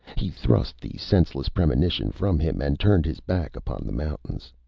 he thrust the senseless premonition from him, and turned his back upon the mountains.